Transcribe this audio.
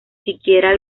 siquiera